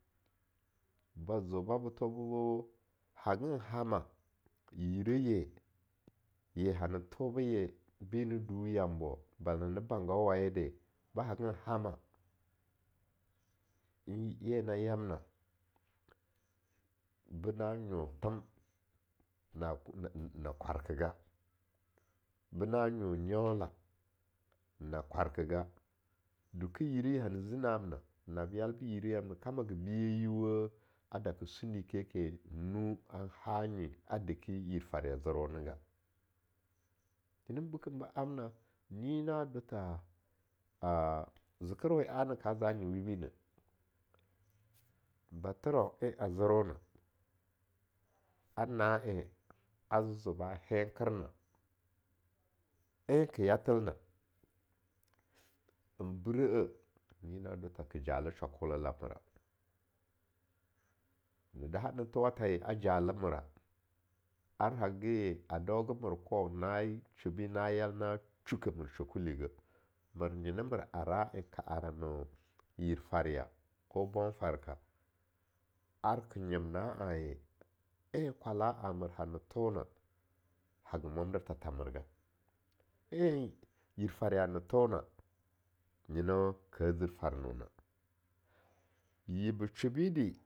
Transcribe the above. Ba zo babo tho bo hagan gama yiri ye ye hana thobe ye ba hana duh yambo, bala na hangau waye de, ba hagan hana, ye na yamna bena nyo them na kworkega, bena nyo nyaulo na kwarkega dukeh yiraye hana zi na amna na yal bi yiri yanna be kamage be yeoweh a daki sundi ke nuan han nye a daki yir far ya a zerwonega, bikam amna, nyi na do tha a zerkewe ana kaza nyi wibi neh, batheran en azer wona ar na en a zeo ba henker na, en ke yathel na, en bre'e nyi na do tha ke jale shwako lamra ne daha na thowatha ye a jale mero ar hage a dauge mer kwan na shubi na yol na shukeh mershuekuligeh mir nyina mer ka ora en ka ora ne yir farya ko bong garka, ar ke nyim na'a anye, en kwara amer hana tho na haga mwandertha merge, enyir farya ne thona, nyina kar zir farnona yib be shubi di.